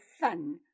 fun